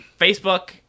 Facebook